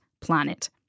planet